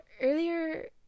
earlier